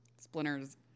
Splinters